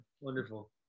Wonderful